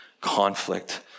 conflict